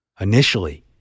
Initially